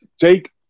Take